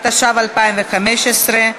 התשע"ו 2015,